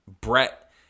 brett